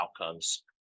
outcomes